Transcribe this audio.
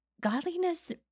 Godliness